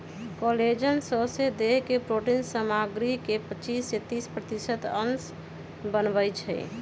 collagen सौसे देह के प्रोटिन सामग्री के पचिस से तीस प्रतिशत अंश बनबइ छइ